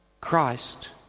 Christ